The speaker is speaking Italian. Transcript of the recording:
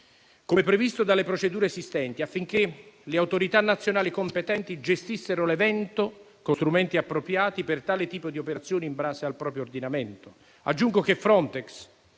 come previsto dalle procedure esistenti, affinché le autorità nazionali competenti gestissero l'evento con strumenti appropriati per tale tipo di operazione, in base al proprio ordinamento.